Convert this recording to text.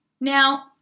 now